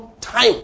time